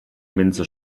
minze